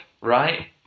right